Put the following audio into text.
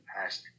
past